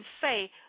say